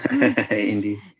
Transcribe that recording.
Indeed